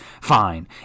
fine